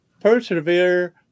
persevere